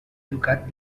educat